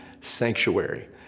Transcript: sanctuary